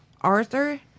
Arthur